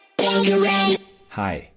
Hi